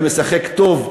ומשחק טוב,